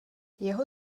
jeho